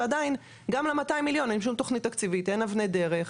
ועדיין גם למאתיים מיליון אין שום תכנית תקציבית ואין אבני דרך.